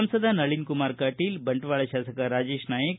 ಸಂಸದ ನಳಿನ್ ಕುಮಾರ್ ಕಟೀಲ್ ಬಂಟ್ವಾಳ ಶಾಸಕ ರಾಜೇಶ್ ನಾಯ್ಕ್